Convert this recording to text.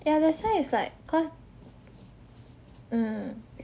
ya that's why it's like cause mm